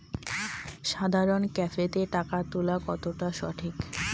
সাধারণ ক্যাফেতে টাকা তুলা কতটা সঠিক?